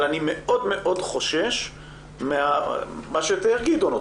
אבל אני מאוד חושש ממה שתיאר גדעון,